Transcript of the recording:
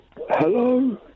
Hello